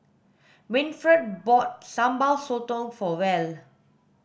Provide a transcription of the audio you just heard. Winfred bought sambal sotong for Val